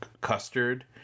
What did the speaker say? custard